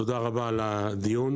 תודה רבה על הדיון,